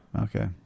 Okay